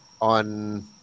on